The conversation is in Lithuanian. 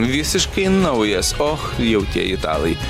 visiškai naujas o jau tie italai